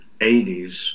80s